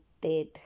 dead